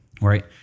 right